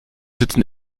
sitzen